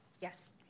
Yes